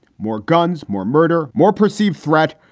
more guns. more murder. more perceived threat.